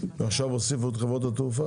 עכשיו הוסיפו את חברות התעופה.